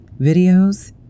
Videos